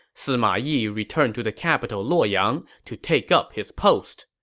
sima yi returned to the capital luoyang to take up his post.